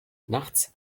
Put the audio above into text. nachts